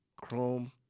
chrome